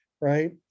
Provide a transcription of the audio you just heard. right